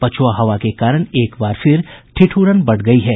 पछुआ हवा के कारण एक बार फिर ठिठुरन बढ़ गयी है